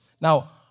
Now